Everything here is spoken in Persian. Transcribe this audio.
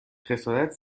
خسارت